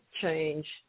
change